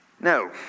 No